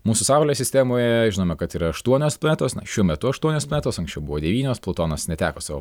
mūsų saulės sistemoje žinome kad yra aštuonios planetos na šiuo metu aštuonios planetos anksčiau buvo devynios plutonas neteko savo